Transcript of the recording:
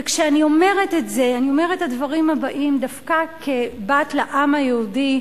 וכשאני אומרת את זה אני אומרת את הדברים הבאים דווקא כבת לעם היהודי,